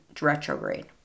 retrograde